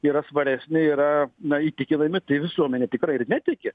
yra svaresni yra na įtikinami tai visuomenė tikrai ir netiki